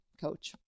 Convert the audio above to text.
coach